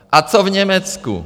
A co v Německu?